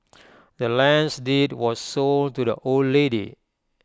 the land's deed was sold to the old lady